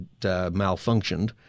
malfunctioned